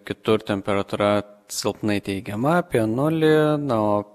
kitur temperatūra silpnai teigiama apie nulį na o